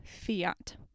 Fiat